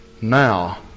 now